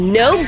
no